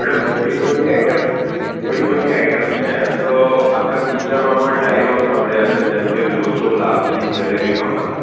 madam ઘણીબધી item ઘણીબધી item છે એમ તો આપડે પિક્ચરમાં પણ ડાયલોગ સાંભળ્યા હશે જેમકે લોચો લાપસી જલેબી ફાફડા